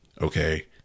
okay